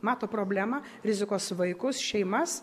mato problemą rizikos vaikus šeimas